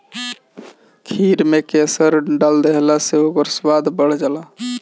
खीर में केसर डाल देहला से ओकर स्वाद बढ़ जाला